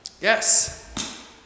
Yes